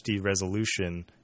resolution